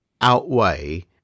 outweigh